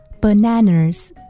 bananas